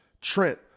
trent